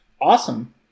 Awesome